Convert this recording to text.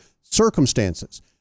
circumstances